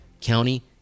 county